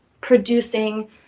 producing